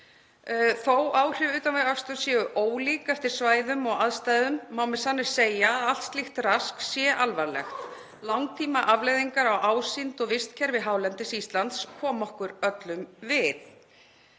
Þótt áhrif utanvegaaksturs séu ólík eftir svæðum og aðstæðum má með sanni segja að allt slíkt rask sé alvarlegt. Langtímaafleiðingar á ásýnd og vistkerfi hálendis Íslands koma okkur öllum við.